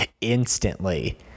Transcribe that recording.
Instantly